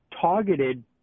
targeted